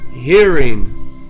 hearing